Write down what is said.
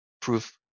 Proof